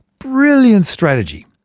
brilliant strategy.